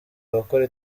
abakora